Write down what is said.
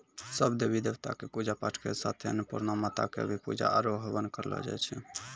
सब देवी देवता कॅ पुजा पाठ के साथे अन्नपुर्णा माता कॅ भी पुजा आरो हवन करलो जाय छै